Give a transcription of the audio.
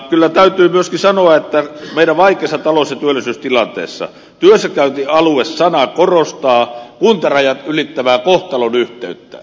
kyllä täytyy myöskin sanoa että meidän vaikeassa talous ja työllisyystilanteessa sana työssäkäyntialue korostaa kuntarajat ylittävää kohtalonyhteyttä